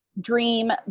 dream